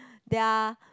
their